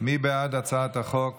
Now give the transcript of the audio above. מי בעד הצעת החוק